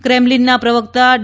ક્રેમલિનના પ્રવક્તા ડી